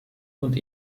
und